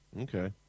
Okay